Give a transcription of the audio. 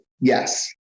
Yes